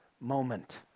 moment